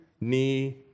knee